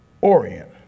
Orient